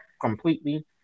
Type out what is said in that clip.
completely